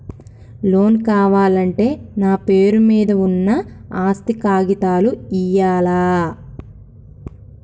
Loan కావాలంటే నా పేరు మీద ఉన్న ఆస్తి కాగితాలు ఇయ్యాలా?